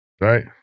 Right